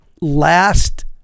last